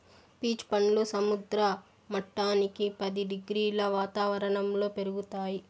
peach పండ్లు సముద్ర మట్టానికి పది డిగ్రీల వాతావరణంలో పెరుగుతాయి